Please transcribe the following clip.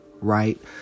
right